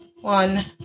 one